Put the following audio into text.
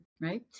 right